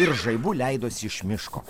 ir žaibu leidosi iš miško